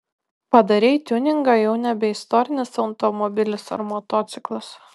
padarei tiuningą jau nebe istorinis automobilis ar motociklas